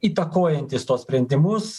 įtakojantis tuos sprendimus